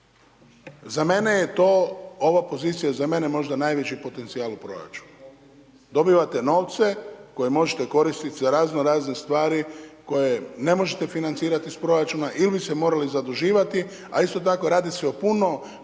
Za mene je to ova pozicija, za mene možda najveći potencijal u proračunu. Dobivate novce koje možete koristiti za razno razne stvari koje ne možete financirati iz proračuna ili se morali zaduživati, a isto tako radi se o puno